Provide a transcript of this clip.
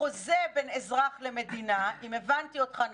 בחוזה בין אזרח למדינה, אם הבנתי אותך נכון,